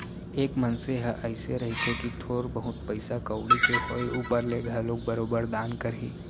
एक मनसे ह अइसे रहिथे कि थोर बहुत पइसा कउड़ी के होय ऊपर ले घलोक बरोबर दान करही